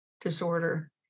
disorder